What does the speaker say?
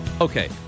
Okay